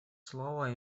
слово